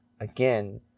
again